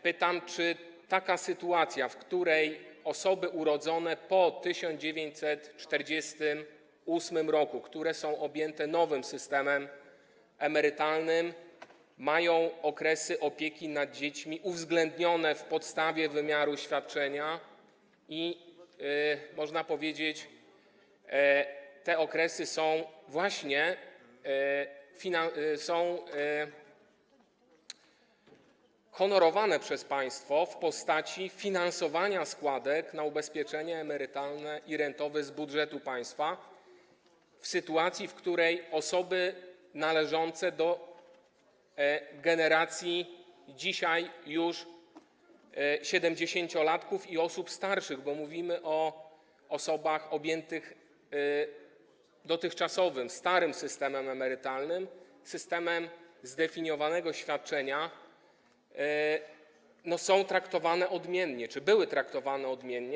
Pytam, czy taka sytuacja, w której osoby urodzone po 1948 r., które są objęte nowym systemem emerytalnym, mają okresy opieki nad dziećmi uwzględnione w podstawie wymiaru świadczenia i w przypadku których, można powiedzieć, te okresy są honorowane przez państwo w postaci finansowania składek na ubezpieczenie emerytalne i rentowe z budżetu państwa, w porównaniu do sytuacji, w której osoby należące do generacji dzisiaj już siedemdziesięciolatków i osób starszych - bo mówimy o osobach objętych dotychczasowym, starym systemem emerytalnym, systemem zdefiniowanego świadczenia - są czy były traktowane odmiennie.